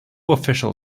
official